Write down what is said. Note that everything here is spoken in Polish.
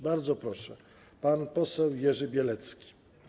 Bardzo proszę, pan poseł Jerzy Bielecki.